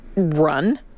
run